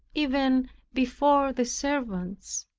even before the servants.